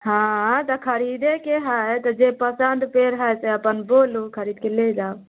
हँ तऽ खरीदेके हय तऽ जे पसन्द पेड़ हय से अपन बोलू खरीदके ले जाउ